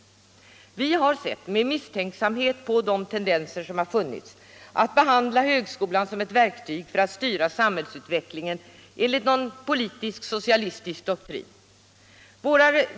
Vi moderater har sett med misstänksam ÅAllmänpolitisk debatt Allmänpolitisk debatt het på de tendenser som funnits att behandla högskotan som ett verktyg för att styra samhällsutvecklingen enligt någon politisk-socialistisk doktrin.